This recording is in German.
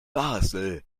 basel